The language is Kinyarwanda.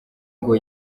ngo